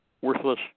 worthless